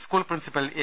school principal A